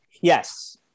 Yes